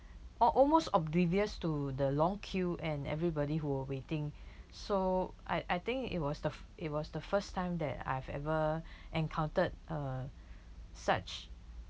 or almost oblivious to the long queue and everybody who were waiting so I I think it was the fi~ it was the first time that I've ever encountered a such